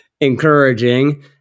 encouraging